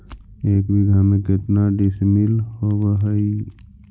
एक बीघा में केतना डिसिमिल होव हइ?